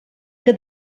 que